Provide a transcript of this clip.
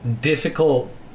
difficult